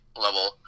level